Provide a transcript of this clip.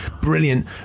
brilliant